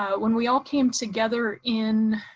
ah when we all came together in